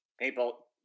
people